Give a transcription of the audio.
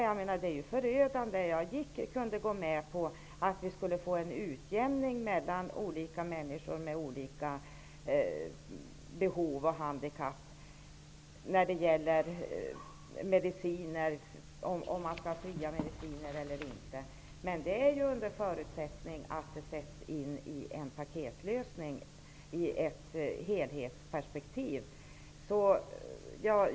Jag skulle kunna gå med på att göra en utjämning mellan olika människor med olika behov när det gäller t.ex. fria mediciner, men det under förutsättning att det ingår i en paketlösning, i ett helhetsperspektiv.